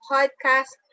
Podcast